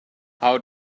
how